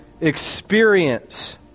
experience